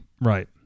Right